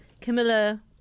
Camilla